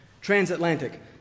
transatlantic